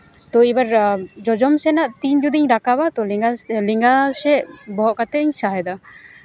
ᱛᱳ ᱮᱵᱟᱨ ᱡᱚᱡᱚᱢ ᱥᱮᱱᱟᱜ ᱛᱤ ᱡᱩᱫᱤᱧ ᱨᱟᱠᱟᱵᱟ ᱛᱳ ᱞᱮᱸᱜᱟ ᱞᱮᱸᱜᱟ ᱥᱮᱫ ᱵᱚᱦᱚᱜ ᱠᱟᱛᱤᱧ ᱥᱟᱦᱮᱸᱫᱟ